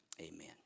Amen